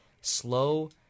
slow